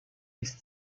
east